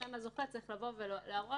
ולכן הזוכה צריך להראות